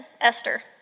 Esther